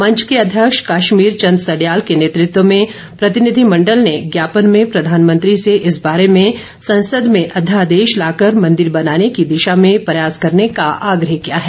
मंच के अध्यक्ष काश्मीर चंद सडयाल के नेतृत्व में प्रतिनिधिमंडल ने ज्ञापन में प्रधानमंत्री से इस बारे में संसद में अध्यादेश लाकर मंदिर बनाने की दिशा में प्रयास करने का आग्रह किया है